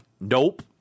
nope